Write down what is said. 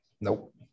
Nope